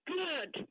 good